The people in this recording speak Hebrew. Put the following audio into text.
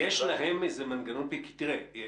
ראה,